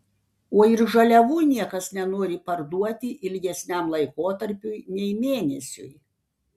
o ir žaliavų niekas nenori parduoti ilgesniam laikotarpiui nei mėnesiui